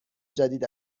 جدید